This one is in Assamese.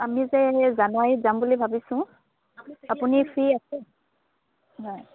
আমি যে জানুৱাৰীত যাম বুলি ভাবিছোঁ আপুনি ফ্ৰী আছে হয়